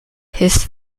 his